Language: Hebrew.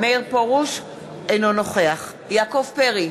אינו נוכח יעקב פרי,